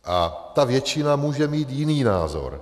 A ta většina může mít jiný názor.